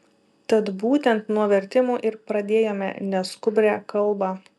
tad būtent nuo vertimų ir pradėjome neskubrią kalbą